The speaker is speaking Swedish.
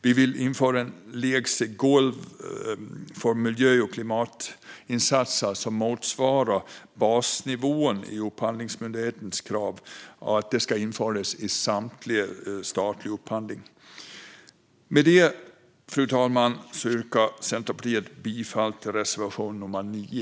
Vi vill införa ett lägsta golv för miljö och klimatinsatser som motsvarar basnivån i Upphandlingsmyndighetens krav och att det ska införas i samtlig statlig upphandling. Fru talman! Med detta yrkar jag för Centerpartiets räkning bifall till reservation 9.